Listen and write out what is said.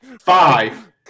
Five